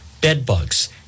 Bedbugs